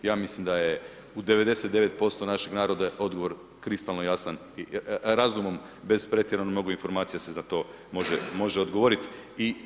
Ja mislim da je u 99% naših naroda je odgovor kristalno jasan i razumom bez pretjerano mnogo informacija se za to može odgovoriti.